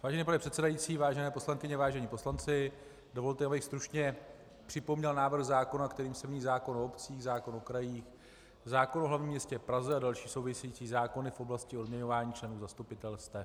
Vážený pane předsedající, vážené poslankyně, vážení poslanci, dovolte, abych stručně připomněl návrh zákona, kterým se mění zákon o obcích, zákon o krajích, zákon o hlavním městě Praze a další související zákony v oblasti odměňování členů zastupitelstev.